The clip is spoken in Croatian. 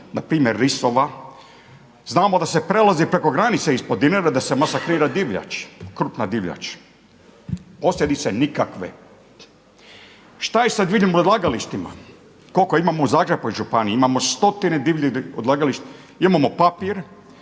na primjer Risova. Znamo da se prelazi preko granice ispod Dinare da se masakrira divljač, krupna divljač. Posljedice nikakve. Šta je sa divljim odlagalištima? Koliko imamo u Zagrebačkoj županiji? Imamo stotine divljih odlagališta. Imamo papir.